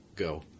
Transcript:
go